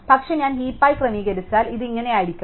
പക്ഷേ ഞാൻ ഹീപായി ക്രമീകരിച്ചാൽ ഇത് ഇങ്ങനെയായിരിക്കും